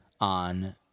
on